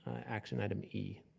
action item e?